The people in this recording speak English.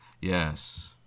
Yes